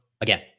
again